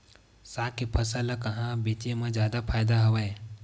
साग के फसल ल कहां बेचे म जादा फ़ायदा हवय?